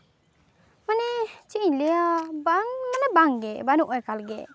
ᱢᱟᱱᱮ ᱪᱮᱫ ᱤᱧ ᱞᱟᱹᱭᱟ ᱵᱟᱝ ᱢᱟᱱᱮ ᱵᱟᱝ ᱜᱮ ᱵᱟᱹᱱᱩᱜᱼᱟ ᱮᱠᱟᱞ ᱜᱮ